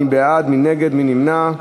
מי בעד, מי נגד, מי נמנע?